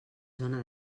zona